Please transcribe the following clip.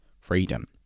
freedom